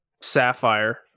sapphire